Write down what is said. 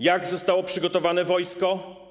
Jak zostało przygotowane wojsko?